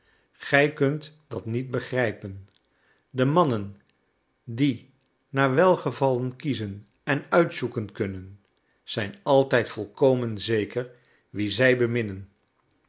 gij kunt dat niet begrijpen de mannen die naar welgevallen kiezen en uitzoeken kunnen zijn altijd volkomen zeker wie zij